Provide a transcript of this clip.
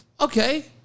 okay